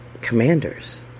commanders